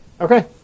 Okay